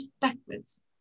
backwards